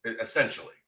essentially